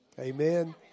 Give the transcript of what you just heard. Amen